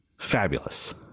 fabulous